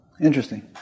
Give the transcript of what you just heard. Interesting